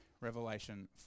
revelation